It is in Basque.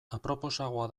aproposagoa